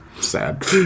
sad